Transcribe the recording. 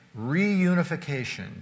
reunification